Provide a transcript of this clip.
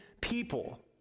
people